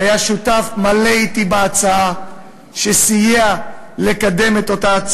שהיה שותף מלא אתי בהצעה וסייע לקדם אותה,